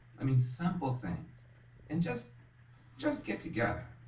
i mean simple things and just just get together,